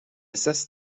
cessent